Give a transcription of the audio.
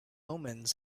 omens